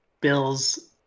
Bills